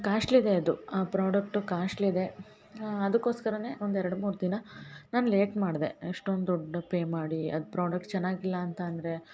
costly ದೇ ಅದು ಆ ಪ್ರಾಡಕ್ಟು ಕಾಸ್ಟ್ಲಿ ದೇ ಅದುಕೋಸ್ಕರನೆ ಒಂದು ಎರಡು ಮೂರು ದಿನ ನಾನು ಲೇಟ್ ಮಾಡ್ದೆ ಎಷ್ಟೊಂದು ದುಡ್ಡು ಪೇ ಮಾಡಿ ಅದು ಪ್ರಾಡಕ್ಟ್ ಚೆನ್ನಾಗಿಲ್ಲ ಅಂತ ಅಂದರೆ